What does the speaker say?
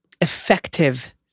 effective